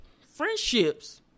friendships